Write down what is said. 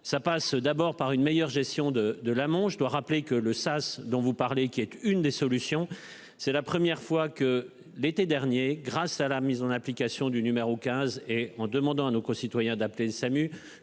ça passe d'abord par une meilleure gestion de de la Manche. Je dois rappeler que le sas dont vous parlez, qui est une des solutions c'est la première fois que l'été dernier, grâce à la mise en application du numéro 15 et en demandant à nos concitoyens d'appeler le SAMU,